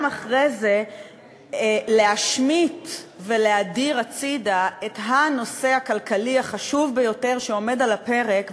גם אחרי זה להשמיט ולהדיר את הנושא הכלכלי החשוב ביותר שעומד על הפרק,